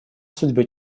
судьбе